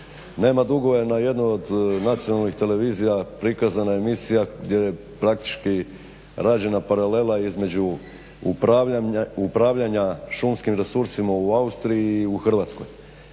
Nema dugova na jednoj od nacionalnih televizija prikazana emisija gdje praktički rađena paralela između upravljanja šumskim resursima u Austriji i u Hrvatskoj,